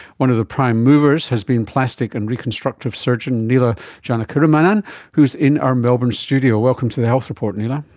one of the prime movers has been plastic and reconstructive surgeon neela janakiramanan who is in our melbourne studio. welcome to the health report neela.